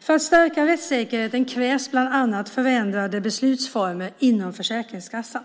För att stärka rättssäkerheten krävs bland annat förändrade beslutsformer inom Försäkringskassan.